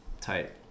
Tight